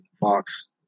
Fox